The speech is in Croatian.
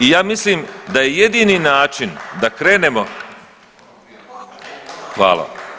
I ja mislim da je jedini način da krenemo Hvala.